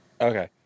Okay